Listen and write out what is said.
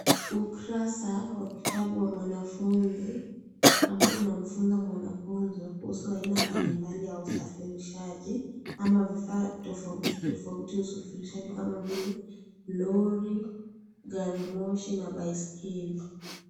Ukurasa wa kitabu wa mwanafunzi ambao unamfunza mwanafunzi kuhusu aina mbalimbali ya usafirishaji, ama vifaa tofauti tofauti za usafirishaji, kama vile lori, gari moshi, na baiskeli.